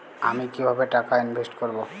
আমি কিভাবে টাকা ইনভেস্ট করব?